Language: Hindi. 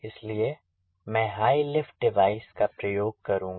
इसलिए मैं हाई लिफ्ट डिवाइस का प्रयोग करूँगा